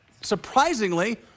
surprisingly